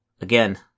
Again